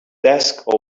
desk